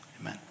Amen